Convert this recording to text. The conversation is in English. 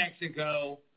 Mexico